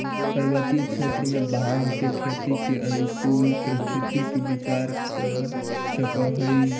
पर्वतीय क्षेत्र में भाँग के खेती के अनुकूल परिस्थिति के विचार कर सकऽ हई